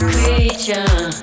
Creature